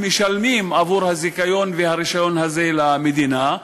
משלמים עבור הזיכיון והרישיון הזה למדינה,